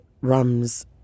rums